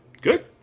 good